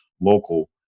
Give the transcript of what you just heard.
local